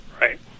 Right